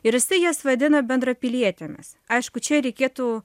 ir jisai jas vadina bendrapilietėmis aišku čia reikėtų